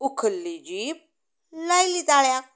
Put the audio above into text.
उखल्ली जीब लायली ताळ्याक